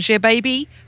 baby